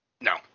No